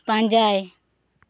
ᱯᱟᱸᱡᱟᱭ